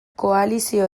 koalizio